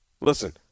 Listen